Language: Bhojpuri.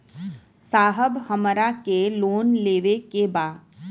साहब हमरा के लोन लेवे के बा